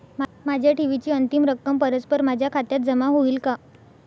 माझ्या ठेवीची अंतिम रक्कम परस्पर माझ्या खात्यात जमा होईल का?